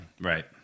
Right